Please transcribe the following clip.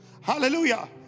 hallelujah